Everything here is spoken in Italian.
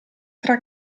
tra